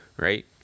right